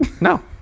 No